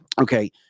Okay